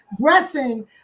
dressing